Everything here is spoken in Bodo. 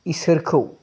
इसोरखौ